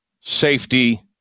safety